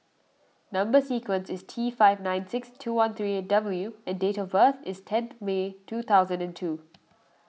Number Sequence is T five nine six two one three eight W and date of birth is tenth May two thousand and two